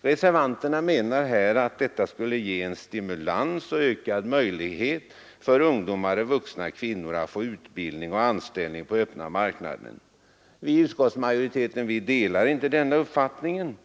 Reservanterna menar att detta skulle ge en stimulans och ökad möjlighet för ungdomar och vuxna kvinnor att få utbildning och anställning på den öppna marknaden. Vi i utskottsmajoriteten delar inte den uppfattningen.